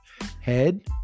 Head